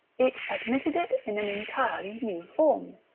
it admitted it in an entirely new form.